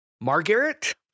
Margaret